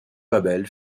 babel